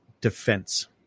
defense